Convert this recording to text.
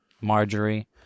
Marjorie